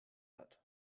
hat